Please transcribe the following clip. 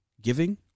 giving